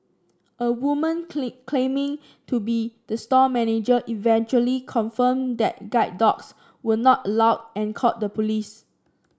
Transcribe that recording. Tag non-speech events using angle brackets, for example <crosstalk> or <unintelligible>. a woman <unintelligible> claiming to be the store manager eventually confirmed that guide dogs were not allowed and called the police